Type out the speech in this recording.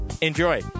enjoy